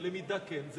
זה למידה, כן.